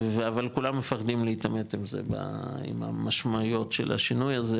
אבל כולם מפחדים להתעמת עם זה עם המשמעותיות של השינוי הזה